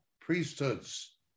priesthoods